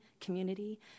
community